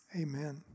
Amen